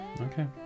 okay